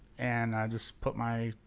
and i just put my